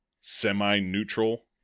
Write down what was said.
semi-neutral